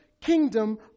kingdom